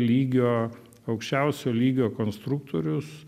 lygio aukščiausio lygio konstruktorius